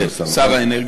כן, שר האנרגיה.